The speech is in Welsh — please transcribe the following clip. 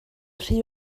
rhy